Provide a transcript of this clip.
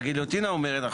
הגליוטינה אומרת,